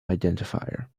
identifier